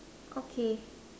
okay